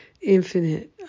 infinite